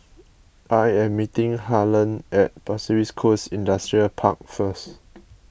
I am meeting Harlon at Pasir Ris Coast Industrial Park first